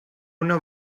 una